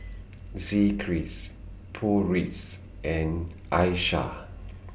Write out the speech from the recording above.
Zikri's Putri's and Aishah